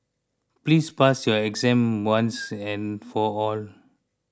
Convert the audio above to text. please pass your exam once and for all